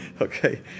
okay